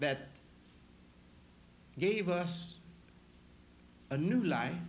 that gave us a new life